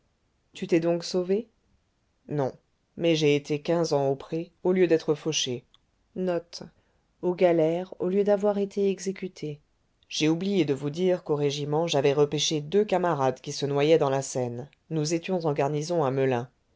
tu t'es donc sauvé non mais j'ai été quinze ans au pré au lieu d'être fauché j'ai oublié de vous dire qu'au régiment j'avais repêché deux camarades qui se noyaient dans la seine nous étions en garnison à melun